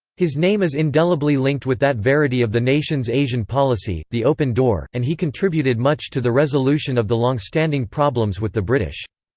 his name is indelibly linked with that verity of the nation's asian policy, the open door, and he contributed much to the resolution of the longstanding problems with the british.